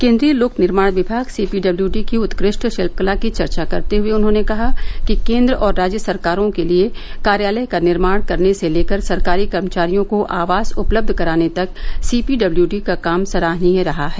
केंद्रीय लोक निर्माण विभाग सीपीडब्यूड़ी की उत्कृष्ट शिल्पकला की चर्चा करते हुए उन्होंने कहा कि केंद्र और राज्य सरकारों के लिए कार्यालय का निर्माण करने से लेकर सरकारी कर्मचारियों को आवास उपलब्ध कराने तक सीपीडब्ल्यूडी का काम सराहनीय रहा है